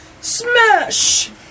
Smash